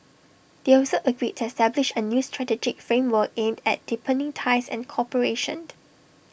they also agreed to establish A new strategic framework aimed at deepening ties and cooperation